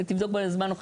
תבדוק זמן נוכחות.